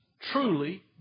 truly